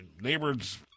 neighbors